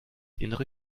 innere